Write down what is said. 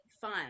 fun